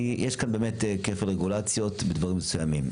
כי יש כאן באמת כפל רגולציות בדברים מסוימים.